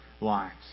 lives